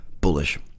bullish